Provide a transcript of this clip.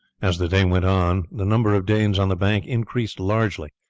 as the day went on the numbers of danes on the bank increased largely,